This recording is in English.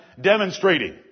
demonstrating